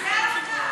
זאת העובדה.